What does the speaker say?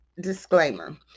Disclaimer